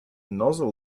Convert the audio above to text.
nozzle